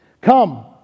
Come